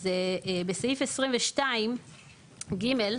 אז בסעיף 22(ג),